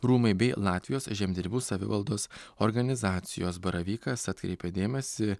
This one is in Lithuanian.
rūmai bei latvijos žemdirbių savivaldos organizacijos baravykas atkreipia dėmesį